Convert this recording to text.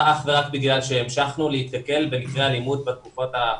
שאנחנו נתקלים במקרי אלימות בתקופה האחרונה.